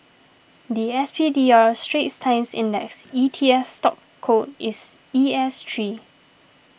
the S P D R Straits Times Index E T F stock code is E S three